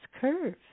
curve